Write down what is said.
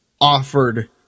offered